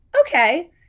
okay